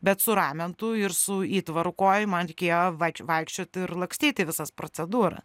bet su ramentu ir su įtvaru kojai man reikėjo vai vaikščioti ir lakstyti į visas procedūra